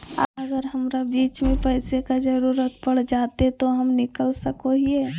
अगर हमरा बीच में पैसे का जरूरत पड़ जयते तो हम निकल सको हीये